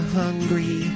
hungry